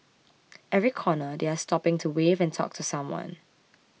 every corner they are stopping to wave and talk to someone